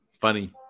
Funny